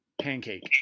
pancake